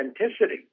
authenticity